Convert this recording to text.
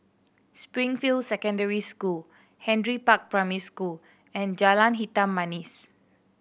Springfield Secondary School Henry Park Primary School and Jalan Hitam Manis